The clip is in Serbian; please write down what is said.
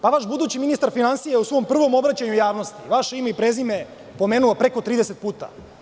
Pa, vaš budući ministar finansija u svom prvom obraćanju javnosti, vaše ime i prezime je pomenuo preko 30 puta.